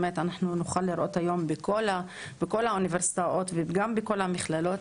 נוכל לראות היום בכל האוניברסיטאות וגם בכל המכללות